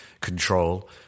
control